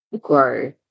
grow